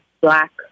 black